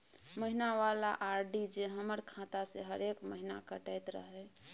महीना वाला आर.डी जे हमर खाता से हरेक महीना कटैत रहे?